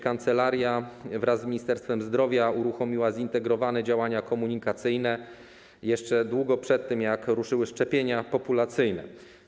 Kancelaria wraz z Ministerstwem Zdrowia uruchomiła zintegrowane działania komunikacyjne na długo przed tym, jak ruszyły szczepienia populacyjne.